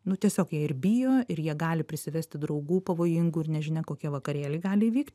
nu tiesiog jie ir bijo ir jie gali prisivesti draugų pavojingų ir nežinia kokie vakarėliai gali įvykt